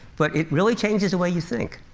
but it really changes the way you think.